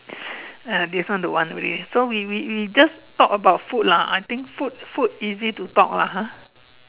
uh this one don't want already so we we we just talk about food lah I think food food easy to talk lah ha